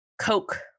Coke